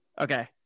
Okay